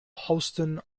holstein